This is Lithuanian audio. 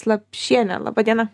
slapšienė laba diena